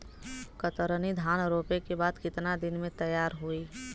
कतरनी धान रोपे के बाद कितना दिन में तैयार होई?